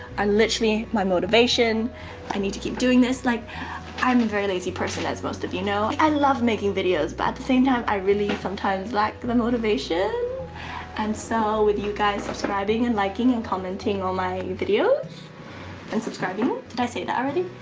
literally my motivation i need to keep doing this like i'm a very lazy person as most of you know i love making videos but at the same time i really sometimes lack the motivation and so, with you guys subscribing, and liking, and commenting on my videos and subscribing did i say that already?